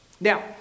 Now